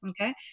okay